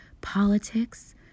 politics